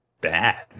bad